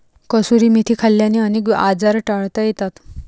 कसुरी मेथी खाल्ल्याने अनेक आजार टाळता येतात